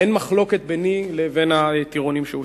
אין מחלוקת ביני לבין הטירונים שהושבעו,